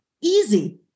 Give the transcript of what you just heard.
easy